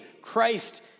Christ